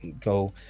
go